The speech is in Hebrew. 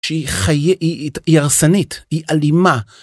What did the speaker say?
שהיא חי.. היא הרסנית, היא אלימה.